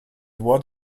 what